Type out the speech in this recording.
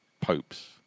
popes